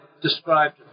described